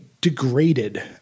degraded